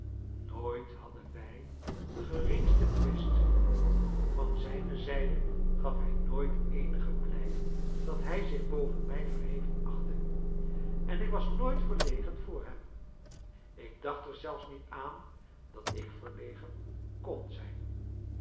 nooit hadden wij den geringsten twist van zijne zijde gaf hij nooit eenig blijk dat hij zich boven mij verheven achtte en ik was nooit verlegen voor hem ik dacht er zelfs niet aan dat ik verlegen kon zijn